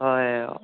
হয়